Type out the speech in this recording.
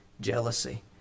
jealousy